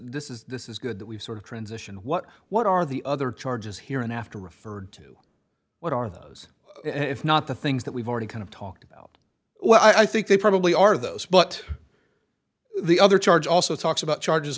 this is this is good that we've sort of transitioned what what are the other charges here and after referred to what are those if not the things that we've already kind of talked about well i think they probably are those but the other charge also talks about charges